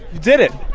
did it.